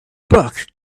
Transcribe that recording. book